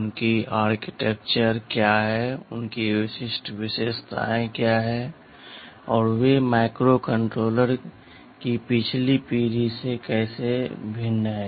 उनकी आर्किटेक्चर क्या है उनकी विशिष्ट विशेषताएं क्या हैं और वे माइक्रोकंट्रोलर की पिछली पीढ़ी से कैसे भिन्न हैं